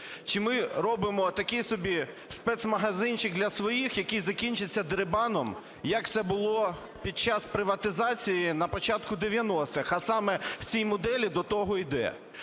чи ми робимо такий собі спецмагазинчик для своїх, який закінчиться дерибаном, як це було під час приватизації на початку 90-х, а саме в цій моделі до того йде.